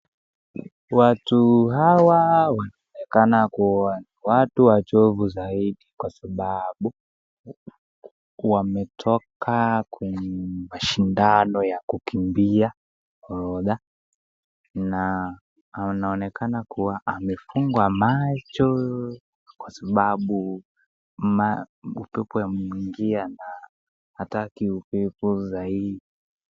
Watu hawa wanaonekana kuwa ni watu wachovu zaidi kwa sababu wametoka kwenye mashindano ya kukimbia orodha na anaonekana kuwa amefungwa macho kwa sababu ma utapomwingia na hataki upepo zai ...